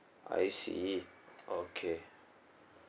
I see okay